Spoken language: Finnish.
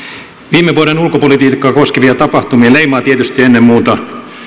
viime vuoden ulkopolitiikkaa koskevia tapahtumia leimaa tietysti ennen muuta